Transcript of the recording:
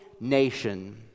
nation